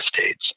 states